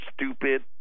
stupid